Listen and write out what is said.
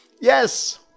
Yes